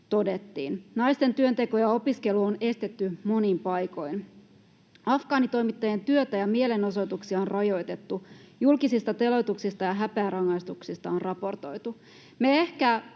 todettiin. Naisten työnteko ja opiskelu on estetty monin paikoin. Afgaanitoimittajien työtä ja mielenosoituksia on rajoitettu. Julkisista teloituksista ja häpeärangaistuksista on raportoitu. Me ehkä